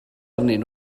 arnyn